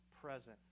present